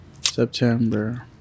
September